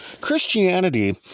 Christianity